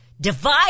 divide